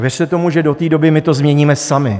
A věřte tomu, že do té doby my to změníme sami.